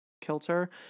kilter